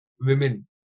women